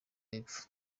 y’epfo